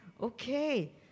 Okay